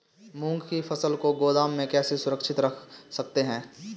मूंग की फसल को गोदाम में कैसे सुरक्षित रख सकते हैं?